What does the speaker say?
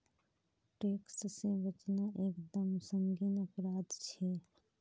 tax से बचना एक दम संगीन अपराध छे